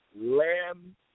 lamb